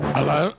Hello